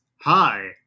hi